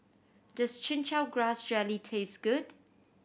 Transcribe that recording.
does Chin Chow Grass Jelly taste good